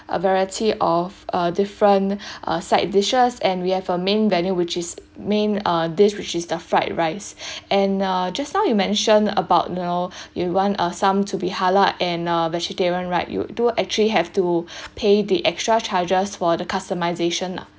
a variety of a different uh side dishes and we have a main menu which is main uh dish which is the fried rice and uh just now you mentioned about you know you want uh some to be halal and uh vegetarian right you do actually have to pay the extra charges for the customisation lah